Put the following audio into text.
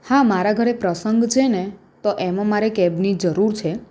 હા મારા ઘરે પ્રસંગ છે ને તો એમાં મારે કેબની જરૂર છે